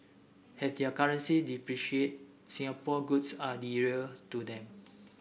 as their currencies depreciate Singapore goods are dearer to them